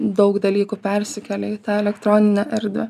daug dalykų persikelia į tą elektroninę erdvę